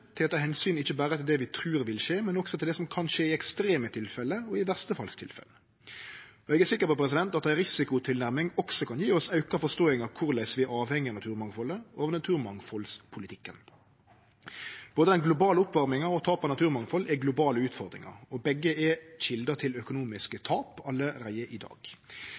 til å ta omsyn ikkje berre til det vi trur vil skje, men også til det som kan skje i ekstreme tilfelle og i verstefallstilfelle. Eg er sikker på at ei risikotilnærming også kan gje oss auka forståing av korleis vi er avhengige av naturmangfaldet og naturmangfaldspolitikken. Både den globale oppvarminga og tapet av naturmangfald er globale utfordringar, og begge er kjelder til økonomisk tap allereie i dag.